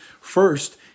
First